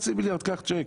חצי מיליארד קח צ'ק.